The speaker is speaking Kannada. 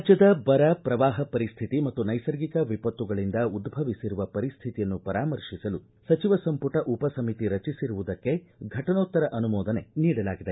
ರಾಜ್ಯದ ಬರ ಪ್ರವಾಹ ಪರಿಸ್ಥಿತಿ ಮತ್ತು ನೈಸರ್ಗಿಕ ವಿಪತ್ತುಗಳಿಂದ ಉದ್ದವಿಸಿರುವ ಪರಿಸ್ಥಿತಿಯನ್ನು ಪರಾಮರ್ತಿಸಲು ಸಚಿವ ಸಂಪುಟ ಉಪ ಸಮಿತಿ ರಚಿಸಿರುವುದಕ್ಕೆ ಫಟನೋತ್ತರ ಅನುಮೋದನೆ ನೀಡಲಾಗಿದೆ